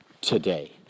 today